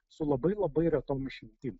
su labai labai retom išimtim